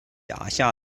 辖下